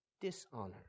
dishonor